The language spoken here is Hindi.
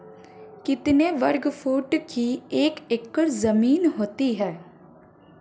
कितने वर्ग फुट की एक एकड़ ज़मीन होती है?